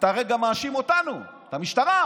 אתה הרי גם מאשים אותנו, את המשטרה,